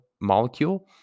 molecule